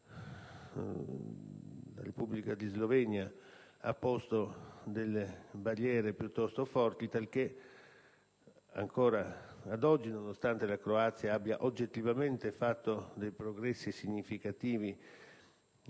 la Repubblica di Slovenia ha posto barriere piuttosto forti, talché ad oggi, nonostante la Croazia abbia oggettivamente fatto progressi significativi